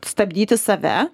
stabdyti save